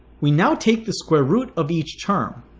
we now take the square root of each term